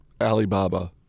Alibaba